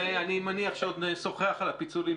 ואני מניח שעוד נשוחח על הפיצולים,